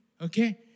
Okay